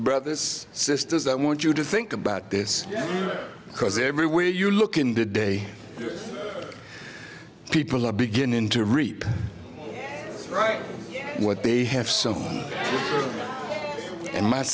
brothers sisters i want you to think about this because everywhere you look in the day people are beginning to reap what they have some in my